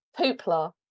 Poopla